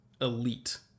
elite